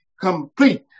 complete